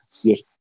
yes